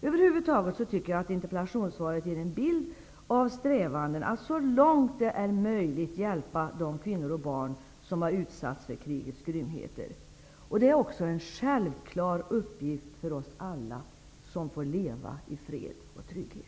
Över huvud taget tycker jag att interpellationssvaret ger en bild av strävanden att så långt det är möjligt hjälpa de kvinnor och barn som utsatts för krigets grymheter. Det är också en självklar uppgift för oss alla som får leva i fred och trygghet.